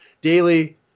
daily